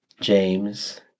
James